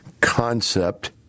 concept